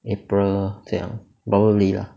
april 这样 probably lah